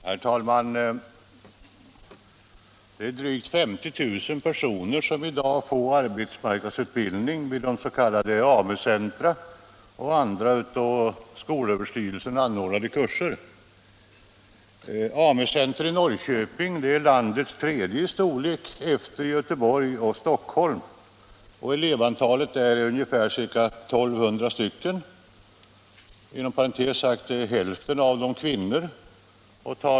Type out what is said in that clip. Herr talman! Drygt 50 000 personer får i dag arbetsmarknadsutbildning vid s.k. AMU-centra och andra av skolöverstyrelsen anordnade kurser. AMU-centret i Norrköping är landets tredje i storlek efter Göteborg och Stockholm. Elevantalet är f.n. ca 1200, av vilka hälften är kvinnor.